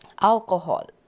alcohol